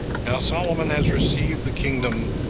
now solomon has received the kingdom,